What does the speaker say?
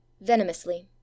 venomously